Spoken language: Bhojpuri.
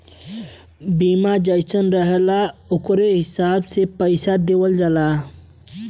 बीमा जइसन रहला ओकरे हिसाब से पइसा देवल जाला